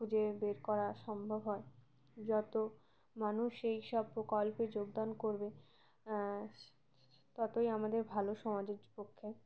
খুঁজে বের করা সম্ভব হয় যত মানুষ এই সব প্রকল্পে যোগদান করবে ততই আমাদের ভালো সমাজের পক্ষে